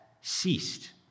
ceased